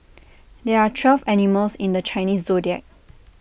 there are twelve animals in the Chinese Zodiac